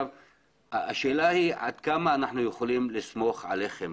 האלה היא עד כמה אנחנו יכולים לסמוך עליך,